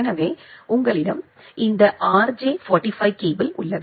எனவே உங்களிடம் இந்த RJ45 கேபிள் உள்ளது